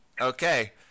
Okay